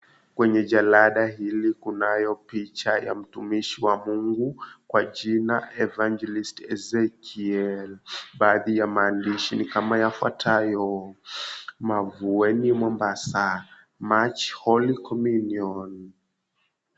Kwenye jalada hili kunayo picha ya mtumishi wa mungu kwa jina, Evangelist Ezekiel. Baadhi ya maandishi ni kama yafuatayo, "Mavueni Mombasa Match Holy Communion."